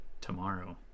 tomorrow